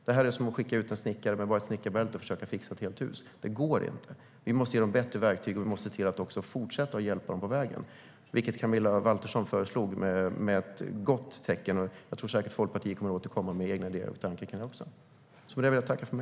Det är som att skicka ut en snickare med bara ett snickarbälte att försöka fixa ett helt hus - det går inte. Vi måste ge dem bättre verktyg, och vi måste se till att fortsätta hjälpa dem på vägen. Camilla Waltersson Grönvall föreslog det, och det är ett gott tecken. Jag tror säkert att Liberalerna kommer att återkomma med egna tankar om det också.